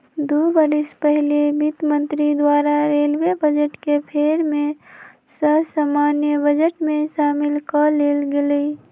दू बरिस पहिले वित्त मंत्री द्वारा रेलवे बजट के फेर सँ सामान्य बजट में सामिल क लेल गेलइ